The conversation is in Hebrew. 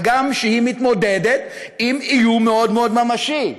הגם שהיא מתמודדת עם איום ממשי מאוד.